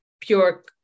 pure